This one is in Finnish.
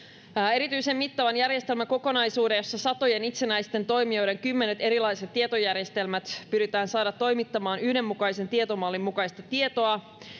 erityisen mittavan järjestelmän kokonaisuudessa satojen itsenäisten toimijoiden kymmenet erilaiset tietojärjestelmät pyritään saamaan toimittamaan yhdenmukaisen tietomallin mukaista tietoa mikä